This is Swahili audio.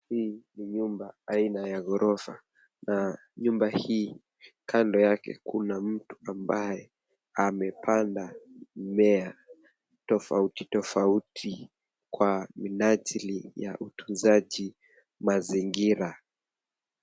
Hii ni nyumba aina ya ghorofa na nyumba hii kando yake kuna mtu ambaye amepanda mimea tofauti tofauti kwa minajili ya utunzaji mazingira.